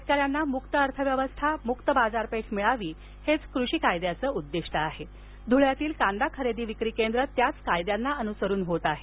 शेतकर्यांंंंना मुक्त अर्थ व्यवस्था मुक्त बाजारपेठ मिळावी हेच कृषी कायद्याचे उद्दिष्ट आहे धूळ्यातील कांदा खरेदी विक्री केंद्र त्याच कायद्यांना अनुसरुन सुरु होत आहे